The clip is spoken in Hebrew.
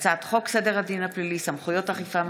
הצעת חוק סדר הדין הפלילי (סמכויות אכיפה,